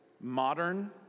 modern